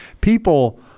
People